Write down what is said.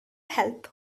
help